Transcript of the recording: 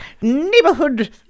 neighborhood